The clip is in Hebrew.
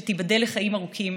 שתיבדל לחיים ארוכים,